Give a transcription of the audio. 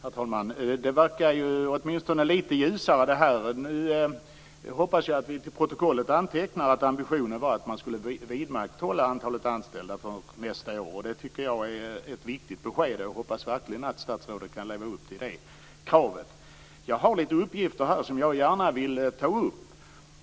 Herr talman! Det verkar åtminstone litet ljusare. Nu hoppas jag att vi till protokollet antecknar att ambitionen var att man skulle vidmakthålla antalet anställda för nästa år. Det tycker jag är ett viktigt besked. Jag hoppas verkligen att statsrådet kan leva upp till det kravet. Jag har några uppgifter som jag gärna vill ta upp.